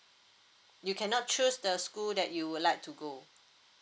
you cannot choose the school that you would like to go